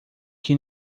que